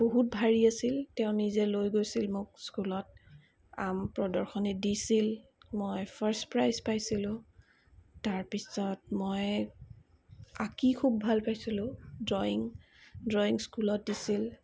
বহুত ভাৰি আছিল তেওঁ নিজে লৈ গৈছিল মোক স্কুলত আম প্ৰদৰ্শনীত দিছিল মই ফাৰ্ষ্ট প্ৰাইজ পাইছিলোঁ তাৰ পিছত মই আঁকি খুব ভাল পাইছিলোঁ দ্ৰইং দ্ৰইং স্কুলত দিছিল